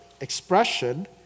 expression